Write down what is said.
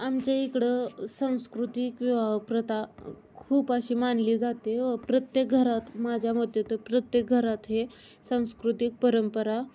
आमच्या इकडं सांस्कृतिक विवाहप्रथा खूप अशी मानली जाते व प्रत्येक घरात माझ्या मते तर प्रत्येक घरात हे सांस्कृतिक परंपरा